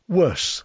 worse